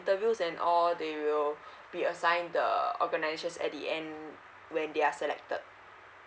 the interviews and all they will reassign the organizations at the end when they are selected